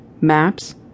Maps